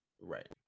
Right